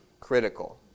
critical